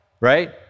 right